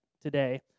today